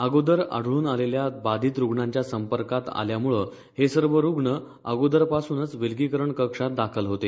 अगोदर आढळून आलेल्या बाधित रूग्णांच्या संपर्कात आल्यामुळे हे सर्व रूग्ण अगोदरपासूनच विलगीकरण कक्षात दाखल होते